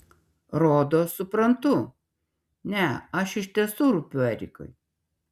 rodos suprantu ne aš iš tiesų rūpiu erikui